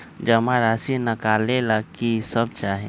जमा राशि नकालेला कि सब चाहि?